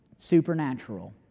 Supernatural